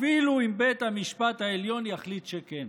אפילו אם בית המשפט העליון יחליט שכן.